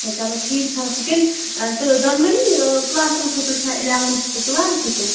اچھا چلو ٹھیٖک حظ چھُ تیٚلہِ تہٕ دۄنؤنی کٕلاسَن خٲطرٕ چھا اِلٮ۪ونتھٕ تہٕ ٹُوٮ۪لتھٕ تہِ